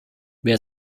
wer